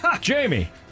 Jamie